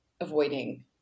avoiding